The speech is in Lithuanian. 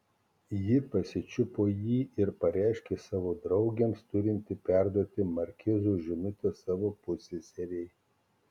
ji pasičiupo jį ir pareiškė savo draugėms turinti perduoti markizo žinutę savo pusseserei